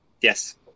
Yes